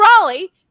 Raleigh